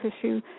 issue